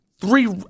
Three